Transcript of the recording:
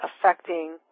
affecting